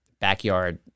backyard